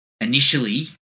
initially